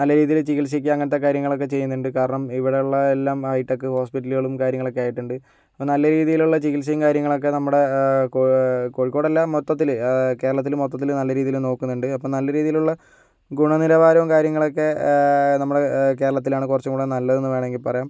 നല്ല രീതിയില് ചികിത്സിക്കുക അങ്ങനത്തെ കാര്യങ്ങളൊക്കെ ചെയ്യുന്നുണ്ട് കാരണം ഇവിടെ ഉള്ള എല്ലാം ഹൈടെക് ഹോസ്പിറ്റലുകളും കാര്യങ്ങളൊക്കെ ആയിട്ടുണ്ട് നല്ല രീതിയിലുള്ള ചികിത്സയും കാര്യങ്ങളൊക്കെ നമ്മടെ കോ കോഴിക്കോടല്ല മൊത്തത്തില് കേരളത്തില് മൊത്തത്തില് നല്ല രീതിയില് നോക്കുന്നുണ്ട് അപ്പ നല്ല രീതിയിലുള്ള ഗുണനിലവാരവും കാര്യങ്ങളൊക്കെ നമ്മള് കേരളത്തിലാണ് കുറച്ചും കൂടെ നല്ലതെന്ന് വേണമെങ്കിൽ പറയാം